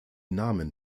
namen